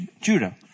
Judah